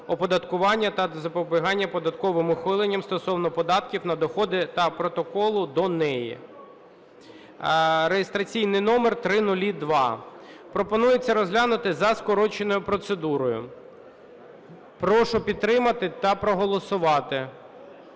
оподаткування та запобігання податковим ухиленням стосовно податків на доходи та Протоколу до неї (реєстраційний номер 0002). Пропонується розглянути за скороченою процедурою. Прошу підтримати та проголосувати.